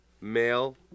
male